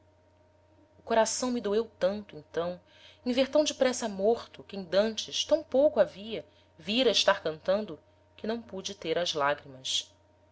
o coração me doeu tanto então em vêr tam depressa morto quem d'antes tam pouco havia vira estar cantando que não pude ter as lagrimas